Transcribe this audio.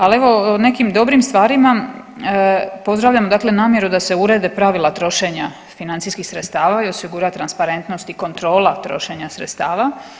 Al evo o nekim dobrim stvarima, pozdravljam dakle namjeru da se urede pravila trošenja financijskih sredstava i osigura transparentnost i kontrola trošenja sredstava.